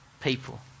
people